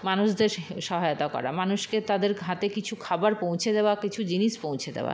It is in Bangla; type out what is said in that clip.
মানুষদের সহায়তা করা মানুষকে তাদের হাতে কিছু খাবার পৌঁছে দেওয়া কিছু জিনিস পৌঁছে দেওয়া